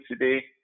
today